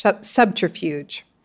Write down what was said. subterfuge